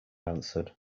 answered